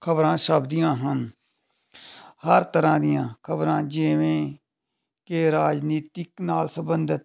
ਖਬਰਾਂ ਛਪਦੀਆਂ ਹਨ ਹਰ ਤਰ੍ਹਾਂ ਦੀਆਂ ਖਬਰਾਂ ਜਿਵੇਂ ਕਿ ਰਾਜਨੀਤਿਕ ਨਾਲ ਸੰਬੰਧਿਤ